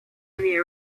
the